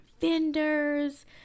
vendors